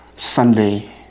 Sunday